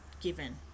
given